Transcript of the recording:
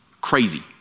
crazy